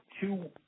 two